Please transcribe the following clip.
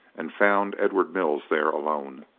and found edward mills there alone.